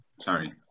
Sorry